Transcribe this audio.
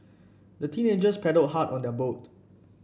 the teenagers paddled hard on their boat